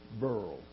burl